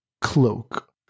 Cloak